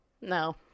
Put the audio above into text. No